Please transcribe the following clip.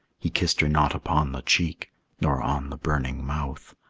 he kissed her not upon the cheek nor on the burning mouth,